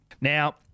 Now